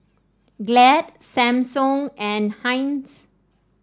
Glad Samsung and Heinz